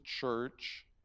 church